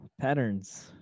Patterns